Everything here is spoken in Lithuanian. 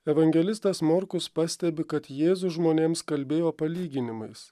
evangelistas morkus pastebi kad jėzus žmonėms kalbėjo palyginimais